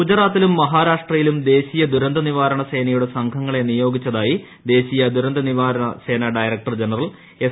ഗുജറാത്തിലും മഹാരാഷ്ട്രയിലും ദേശീയ ദുരന്ത നിവാരണ സേന യുടെ സംഘങ്ങളെ നിയോഗിച്ചതായി ദേശീയ ദുരന്ത നിവാരണ സേന ഡയറക്ടർ ജനറൽ എസ്